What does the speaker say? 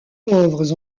pauvres